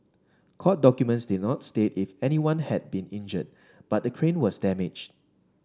court documents did not state if anyone had been injured but the crane was damaged